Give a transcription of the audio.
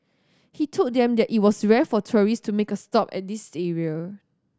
he told them that it was rare for tourist to make a stop at this area